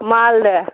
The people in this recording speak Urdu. مالدہ